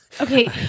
Okay